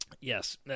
Yes